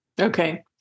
okay